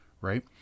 Right